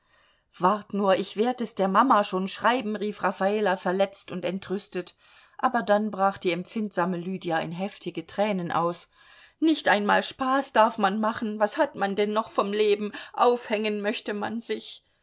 wart nur ich werd es der mama schon schreiben rief raffala verletzt und entrüstet aber dann brach die empfindsame lydia in heftige tränen aus nicht einmal spaß darf man machen was hat man denn noch vom leben aufhängen möchte man sich